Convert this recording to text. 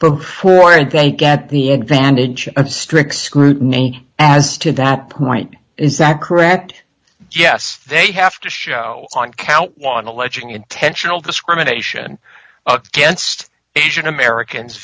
before and they get the advantage of strict scrutiny as to that point is that correct yes they have to show on count one alleging intentional discrimination against asian americans